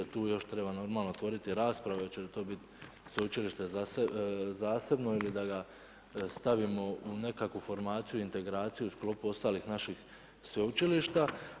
Tu još treba normalno otvoriti rasprave hoće li to biti sveučilište zasebno ili da ga stavimo u nekakvu formaciju, integraciju u sklopu ostalih naših sveučilišta.